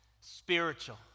spiritual